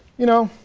you know,